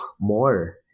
more